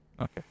okay